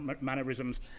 mannerisms